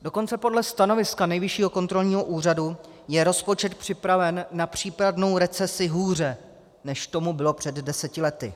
Dokonce podle stanoviska Nejvyššího kontrolního úřadu je rozpočet připraven na případnou recesi hůře, než tomu bylo před deseti lety.